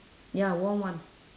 ya warm one